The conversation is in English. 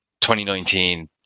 2019